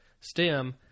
stem